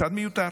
משרד מיותר,